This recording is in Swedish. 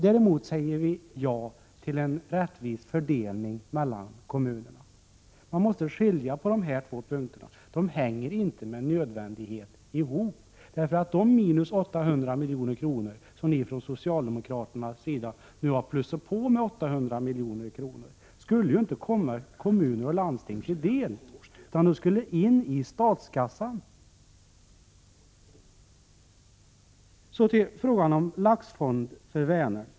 Däremot säger vi ja till en rättvis fördelning mellan kommunerna. Man måste skilja på de här två sakerna. De hänger inte med nödvändighet ihop. De minus 800 miljoner som ni från socialdemokratisk sida nu har plussat på med 800 miljoner skulle ju inte komma kommuner och landsting till del, utan de skulle in i statskassan. Så till frågan om Laxfond för Vänern.